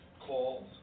calls